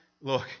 Look